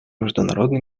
международный